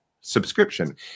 subscription